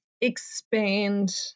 expand